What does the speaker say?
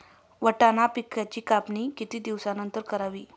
वाटाणा पिकांची कापणी किती दिवसानंतर करावी?